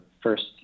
first